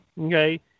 okay